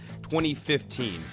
2015